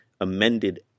Amended